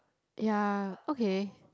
ya okay